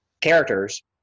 characters